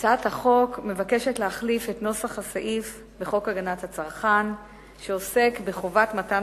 הצעת החוק מבקשת להחליף את נוסח הסעיף בחוק הגנת הצרכן העוסק בחובת מתן